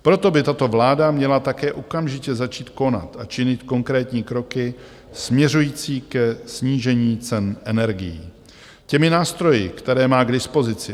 Proto by tato vláda měla také okamžitě začít konat a činit konkrétní kroky směřující ke snížení cen energií těmi nástroji, které má k dispozici.